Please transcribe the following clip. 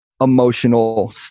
emotional